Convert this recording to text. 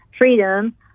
freedom